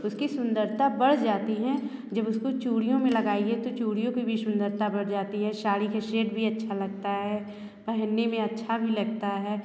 उसकी सुंदरता बढ़ जाती हैं जब उसको चूड़ियों में लगाइए तो चूड़ियों की भी सुंदरता बढ़ जाती है साड़ी के सेट भी अच्छा लगता है पहनने में अच्छा भी लगता है